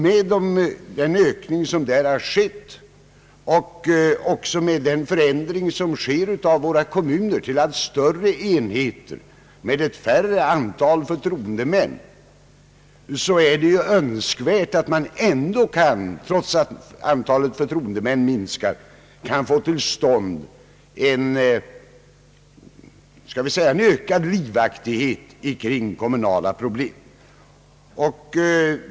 Med den ökning som där har skett och med den förändring till allt större enheter som skett av våra kommuner, med ett färre antal förtroendemän, är det önskvärt att man trots att antalet förtroendemän minskar ändå kan få till stånd en ökad livaktighet kring kommunala problem.